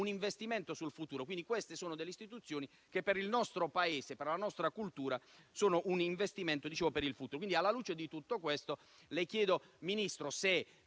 investimento sul futuro perché queste sono istituzioni che per il nostro Paese, per la nostra cultura, rappresentano un investimento per il futuro. Alla luce di tutto questo, le chiedo, Ministro, se